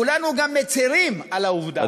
כולנו גם מצרים על העובדה הזאת.